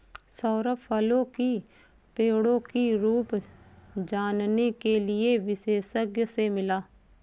सौरभ फलों की पेड़ों की रूप जानने के लिए विशेषज्ञ से मिला